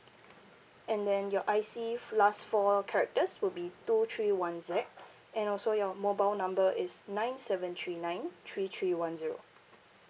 and then your I_C last four characters would be two three one Z and also your mobile number is nine seven three nine three three one zero